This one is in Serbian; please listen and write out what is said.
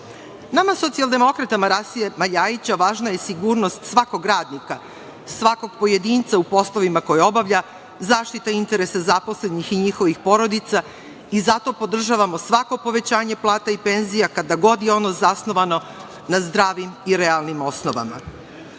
socijaldemokratama Rasima Ljajića važna je sigurnost svakog radnika, svakog pojedinca u poslovima koje obavlja, zaštita interesa zaposlenih i njihovih porodica i zato podržavamo svako povećanje plata i penzija, kada god je ono zasnovano na zdravim i realnim osnovama. Kada